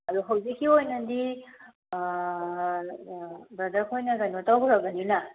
ꯑꯗꯨ ꯍꯧꯖꯤꯛꯀꯤ ꯑꯣꯏꯅꯗꯤ ꯕ꯭ꯔꯗꯔ ꯈꯣꯏꯅ ꯀꯩꯅꯣ ꯇꯧꯈ꯭ꯔꯕꯅꯤꯅ